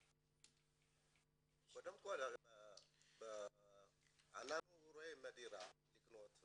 קודם כל אנחנו ראינו דירה לקניה,